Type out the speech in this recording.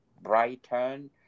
Brighton